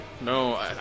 No